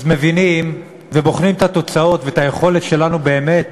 ובוחנים את התוצאות ואת היכולת שלנו באמת